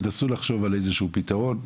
תנסו לחשוב על איזשהו פתרון,